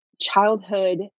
childhood